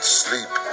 sleep